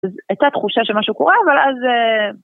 הייתה תחושה שמשהו קורה, אבל אז...